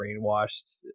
brainwashed